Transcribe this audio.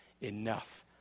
enough